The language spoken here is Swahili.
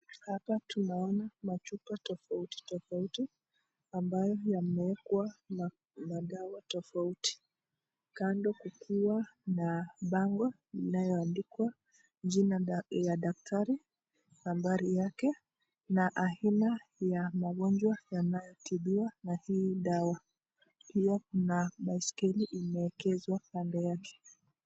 Hapa tunaona machupa tofauti tofauti ambayo yamewekwa madawa tofauti. Kando hua na bango inayo andikwa jina la daktari, nambari yake na aina ya magonjwa yanayotibiwa na hii daea. Pia kuna baiskeli imeekezwa kando yake.